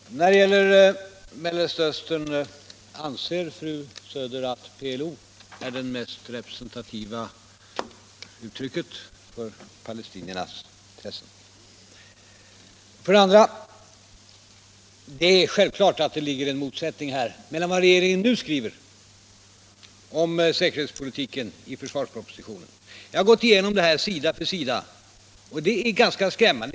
Herr talman! För det första beträffande Mellersta Östern: Anser fru Söder att PLO är det mest representativa uttrycket för palestiniernas intressen? För det andra är det självklart att det föreligger en motsättning mellan vad som gällt tidigare och vad regeringen nu skriver om säkerhetspolitiken i försvarspropositionen. Jag har gått igenom det sida för sida, och det är ganska skrämmande.